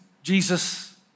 Jesus